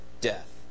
death